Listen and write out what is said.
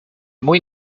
muy